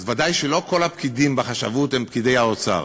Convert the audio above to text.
אז ודאי לא כל הפקידים בחשבות הם פקידי האוצר,